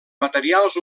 materials